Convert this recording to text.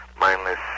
Mindless